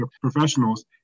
professionals